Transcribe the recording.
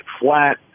flat